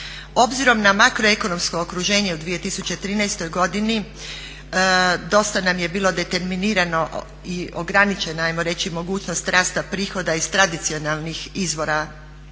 Obzirom na makroekonomsko okruženje u 2013. godini dosta nam je bilo determinirano i ograničena ajmo reći mogućnost rasta prihoda iz tradicionalnih izvora